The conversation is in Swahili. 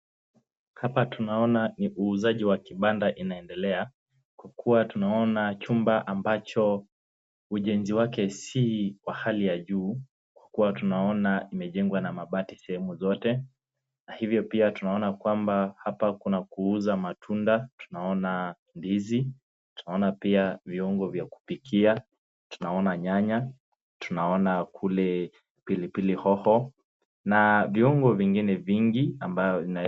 Hapa tunaona ni uuzaji wa kibanda inaendelea kwa kuwa tunaona chumba ambacho ujenzi wake si wa hali ya juu kwa kuwa tunaona imejengwa na mabati sehemu zote. Na hivyo pia tunaona kwamba hapa kuna kuuza matunda, tunaona ndizi, tunaona pia viungo vya kupikia, tunaona nyanya, tunaona kule pilipili hoho, na viungo vingine vingi ambavyo.